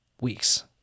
weeks